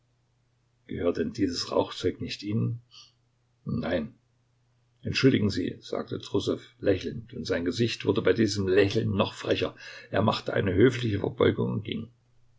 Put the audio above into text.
gehört denn dies rauchzeug nicht ihnen nein entschuldigen sie sagte trussow lächelnd und sein gesicht wurde bei diesem lächeln noch frecher er machte eine höfliche verbeugung und ging